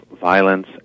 violence